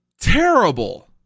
terrible